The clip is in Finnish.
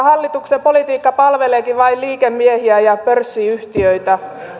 hallituksen politiikka palveleekin vain liikemiehiä ja pörssiyhtiöitä